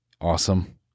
awesome